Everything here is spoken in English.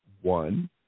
one